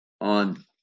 on